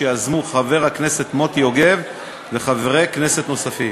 שיזמו חבר הכנסת מוטי יוגב וחברי כנסת נוספים.